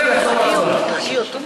שאדוני יצא ויחזור להצבעה.